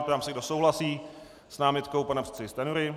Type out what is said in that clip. Ptám se, kdo souhlasí s námitkou pana předsedy Stanjury.